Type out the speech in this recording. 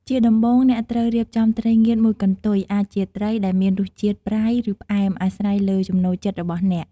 ជាដំបូង អ្នកត្រូវរៀបចំត្រីងៀតមួយកន្ទុយ អាចជាត្រីដែលមានរសជាតិ ប្រៃ ឬផ្អែម អាស្រ័យលើចំណូលចិត្តរបស់អ្នក។